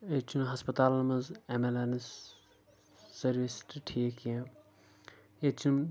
ییٚتہِ چھنہٕ ہسپتالن منٛز ایٚمبلنس سٔروِس تہِ ٹھیٖک کیٚنٛہہ ییٚتہِ چھنہٕ